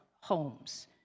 homes